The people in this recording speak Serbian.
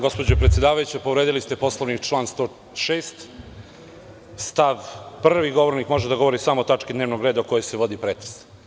Gospođo predsedavajuća, povredili ste Poslovnik, član 106. stav 1. – govornik može da govori samo o tački dnevnog reda o kojoj se vodi pretres.